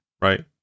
right